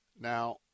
Now